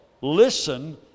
Listen